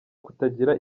kutagira